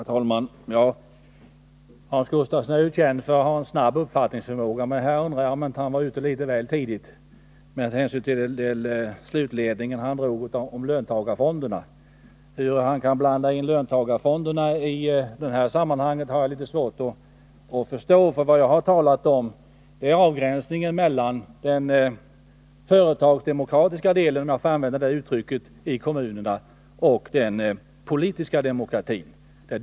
Herr talman! Hans Gustafsson är ju känd för att ha en snabb uppfattningsförmåga, men jag undrar om han inte var litet väl tidigt ute när han drog sin slutsats i vad gäller löntagarfonderna. Hur han kunde blanda in löntagarfonderna i detta sammanhang har jag svårt att förstå. Vad jag talade om var avgränsningen mellan de så att säga företagsdemokratiska strävandena i kommunerna och den politiska demokratin.